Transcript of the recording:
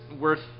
worth